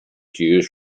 cues